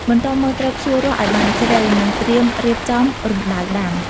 បន្ទាប់មក ត្រូវភ្ជួររាស់ឱ្យបានជ្រៅ និងត្រៀមរៀបចំរណ្តៅដាំ។